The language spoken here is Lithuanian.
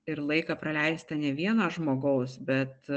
ir laiką praleistą ne vieno žmogaus bet